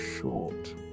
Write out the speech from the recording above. short